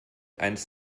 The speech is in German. eines